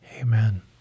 Amen